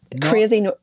Crazy